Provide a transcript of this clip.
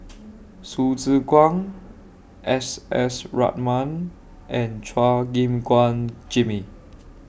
Hsu Tse Kwang S S Ratnam and Chua Gim Guan Jimmy